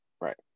right